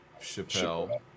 Chappelle